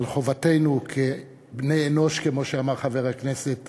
על חובתנו כבני-אנוש, כמו שאמר חבר הכנסת